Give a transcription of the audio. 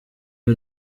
rwe